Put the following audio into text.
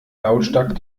lautstark